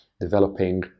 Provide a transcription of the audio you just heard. developing